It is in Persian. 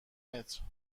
متر